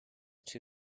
too